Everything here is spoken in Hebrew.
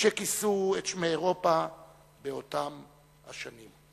שכיסו את שמי אירופה באותן השנים.